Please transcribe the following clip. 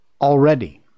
already